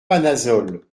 panazol